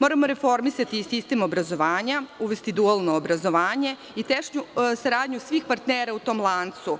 Moramo reformisati i sistem obrazovanja, uvesti dualno obrazovanje i tesnu saradnju svih partnera u tom lancu,